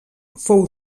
fou